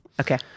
Okay